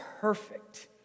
perfect